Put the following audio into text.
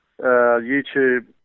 YouTube